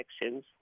elections